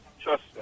trust